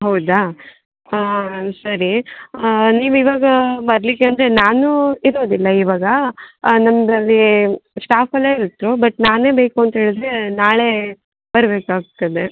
ಹೌದಾ ಸರಿ ನೀವು ಇವಾಗ ಬರಲಿಕಂದ್ರೆ ನಾನು ಇರೋದಿಲ್ಲ ಇವಾಗ ನಮ್ಮದ್ರಲ್ಲೀ ಸ್ಟಾಫ್ ಎಲ್ಲ ಇತ್ತು ಬಟ್ ನಾನೇ ಬೇಕು ಅಂತೇಳಿದ್ರೆ ನಾಳೆ ಬರಬೇಕಾಗ್ತದೆ